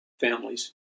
families